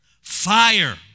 fire